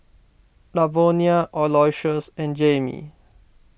Lavonia Aloysius and Jaimee